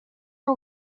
are